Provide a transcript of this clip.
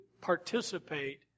participate